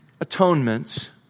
atonement